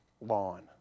lawn